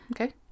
okay